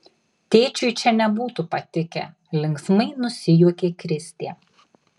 tėčiui čia nebūtų patikę linksmai nusijuokė kristė